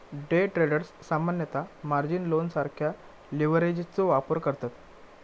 day traders सामान्यतः margin लोनसारख्या लीव्हरेजचो वापर करतत